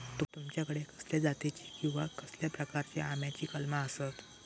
तुमच्याकडे कसल्या जातीची किवा कसल्या प्रकाराची आम्याची कलमा आसत?